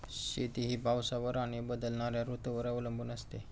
शेती ही पावसावर आणि बदलणाऱ्या ऋतूंवर अवलंबून असते